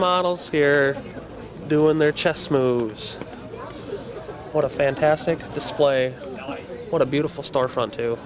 models here doing their chess moves what a fantastic display what a beautiful storefront too